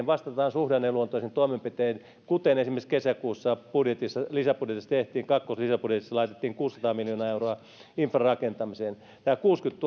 vastataan suhdanneluontoisin toimenpitein kuten esimerkiksi kesäkuussa lisäbudjetissa tehtiin kun kakkoslisäbudjetissa laitettiin kuusisataa miljoonaa euroa infrarakentamiseen tämä kuusikymmentätuhatta